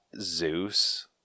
Zeus